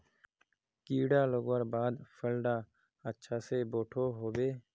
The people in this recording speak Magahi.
कीड़ा लगवार बाद फल डा अच्छा से बोठो होबे?